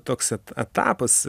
toks et etapas